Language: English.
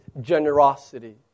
generosity